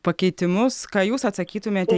pakeitimus ką jūs atsakytumėte